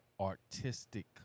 artistic